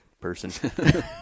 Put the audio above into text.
person